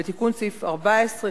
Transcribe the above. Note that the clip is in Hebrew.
ותיקון סעיף 14,